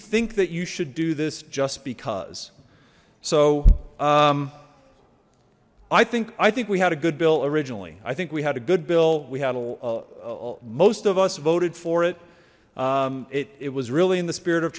think that you should do this just because so i think i think we had a good bill originally i think we had a good bill we had a most of us voted for it it was really in the spirit of